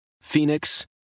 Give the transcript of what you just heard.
Phoenix